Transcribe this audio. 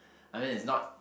I mean it's not